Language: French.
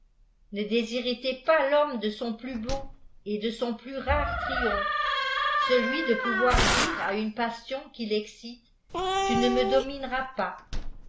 ne déshéritez pas l'homme de son plus beau et de son plus rare triomphe celui de pouvoir dire à une passion qui texcite tu ne me domineras pas